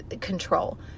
control